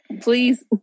please